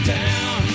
down